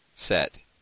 Set